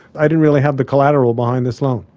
i didn't really have the collateral behind this loan.